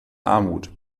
armut